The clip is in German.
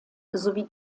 sowie